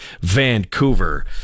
Vancouver